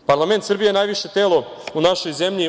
Parlament Srbije je najviše telo u našoj zemlji.